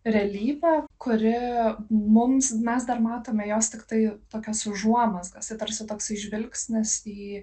realybę kuri mums mes dar matome jos tiktai tokias užuomazgas tai tarsi tokais žvilgsnis į